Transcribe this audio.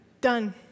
done